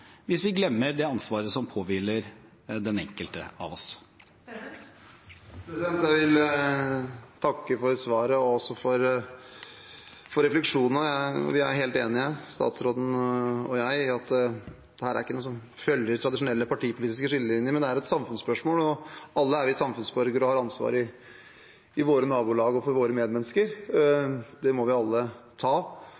hvis vi glemmer det ansvaret som påhviler den enkelte av oss. Jeg vil takke for svaret og også for refleksjonene. Vi er helt enige, statsråden og jeg, om at dette ikke er noe som følger tradisjonelle partipolitiske skillelinjer. Det er et samfunnsspørsmål. Alle er vi samfunnsborgere og har ansvar i våre nabolag og for våre medmennesker.